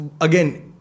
again